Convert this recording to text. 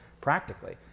practically